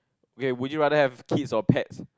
hey would you rather have kids or pets